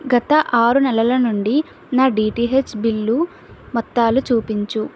గత ఆరు నెలల నుండి నా డీటీహెచ్ బిల్లు మొత్తాలు చూపించు